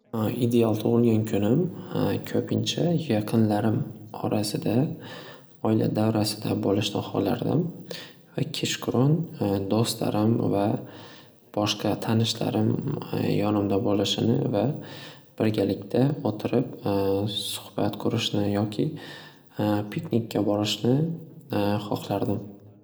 Ideal tug'ilgan kunim ko'pincha yaqinlarim orasida, oila davrasida bo'lishni xohlardim va kechqurun do'stlarim va boshqa tanishlarim yonimda bo'lishini va birgalikda o'tirib suhbat qurishni yoki piknikga borishni xohlardim.